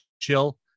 Chill